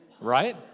right